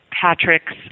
Patrick's